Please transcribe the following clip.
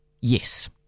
Yes